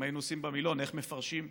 אם היינו מסתכלים במילון איך מפרשים מילואים,